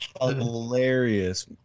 hilarious